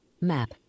map